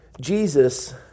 Jesus